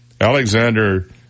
Alexander